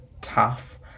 tough